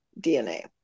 DNA